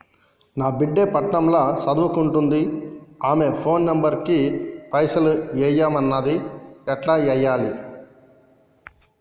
నా బిడ్డే పట్నం ల సదువుకుంటుంది ఆమె ఫోన్ నంబర్ కి పైసల్ ఎయ్యమన్నది ఎట్ల ఎయ్యాలి?